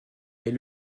est